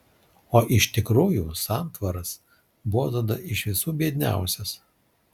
o iš tikrųjų santvaras buvo tada iš visų biedniausias